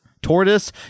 tortoise